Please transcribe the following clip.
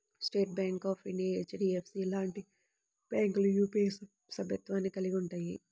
state Bank of India, HDFC లాంటి బ్యాంకులు UPI సభ్యత్వాన్ని కలిగి ఉంటయ్యి